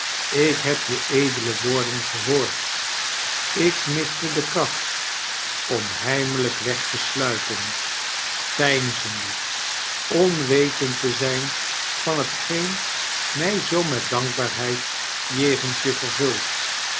ik heb je edele woordeti geboord ik miste de kracht om heimelijk weg te sluipen veinzende onwetend te zijn van hetgeen mij zoo met dankbaarheid jegens je veirvult